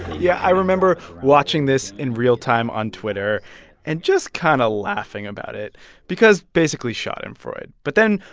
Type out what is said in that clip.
yeah, i remember watching this in real time on twitter and just kind of laughing about it because basically schadenfreude. but then,